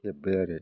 हेबबाय आरो